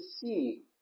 see